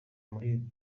muri